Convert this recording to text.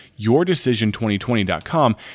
yourdecision2020.com